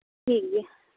ᱴᱷᱤᱠᱜᱮᱭᱟ